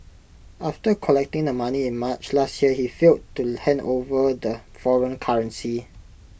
after collecting the money in March last year he failed to hand over the foreign currency